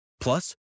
Plus